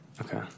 Okay